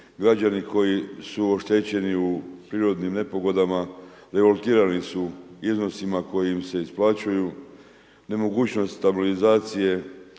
Građani koji su oštećeni u prirodnim nepogodama revoltirani su iznosima koji im se isplaćuju, nemogućnosti stabilizacije